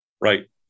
Right